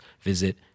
visit